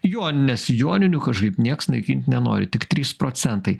joninės joninių kažkaip niekas naikint nenori tik trys procentai